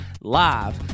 Live